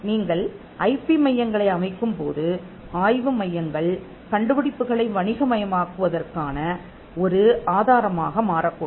நீங்கள் ஐபி மையங்களை அமைக்கும்போது ஆய்வு மையங்கள் கண்டுபிடிப்புகளை வணிகமயமாக்குவதற்கான ஒரு ஆதாரமாக மாறக்கூடும்